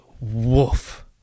woof